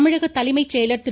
தமிழக தலைமை செயலர் திரு